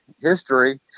history